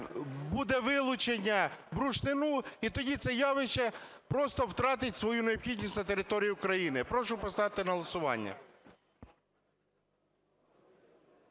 буде вилучення бурштину і тоді це явище просто втратить свою необхідність на території України. Прошу поставити на голосування.